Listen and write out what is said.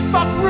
Fuck